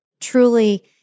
truly